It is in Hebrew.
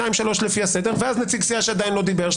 שניים שלוש לפי הסדר ואז נציג סיעה שעדיין לא דיבר.